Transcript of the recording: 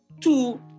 two